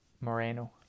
Moreno